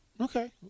okay